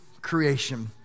creation